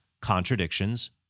contradictions